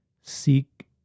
seek